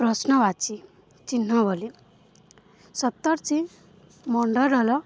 ପ୍ରଶ୍ନବାଚୀ ଚିହ୍ନ ବୋଲି ସପ୍ତର୍ଷି ମଣ୍ଡଳର